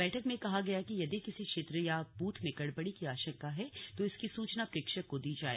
बैठक में कहा गया कि यदि किसी क्षेत्र या बूथ में गड़बड़ी की आशंका है तो इसकी सूचना प्रेक्षक को दी जाए